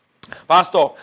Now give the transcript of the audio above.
Pastor